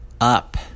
up